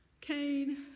Cain